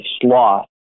sloth